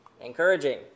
encouraging